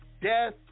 death